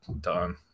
done